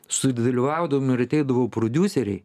su dalyvaudavom ir ateidavo prodiuseriai